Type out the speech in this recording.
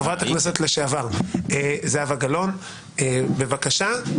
חברת הכנסת לשעבר זהבה גלאון, בבקשה.